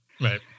Right